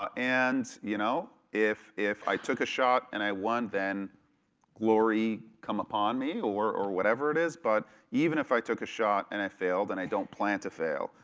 ah and you know if if i took a shot and i won, then glory come upon me, or or whatever it is. but even if i took a shot and i failed, and i don't plan to fail,